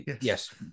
yes